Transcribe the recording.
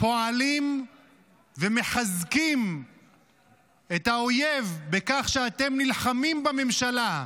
פועלים ומחזקים את האויב בכך שאתם נלחמים בממשלה,